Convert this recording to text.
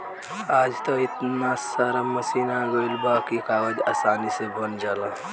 आज त एतना सारा मशीन आ गइल बा की कागज आसानी से बन जाला